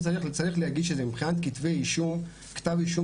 צריך להגיד שמבחינת כתבי אישום כתב אישום